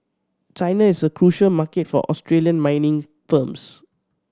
China is a crucial market for Australian mining firms